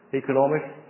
economics